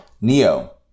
Neo